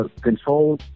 control